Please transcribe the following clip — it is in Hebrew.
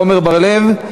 עמר בר-לב,